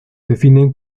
definen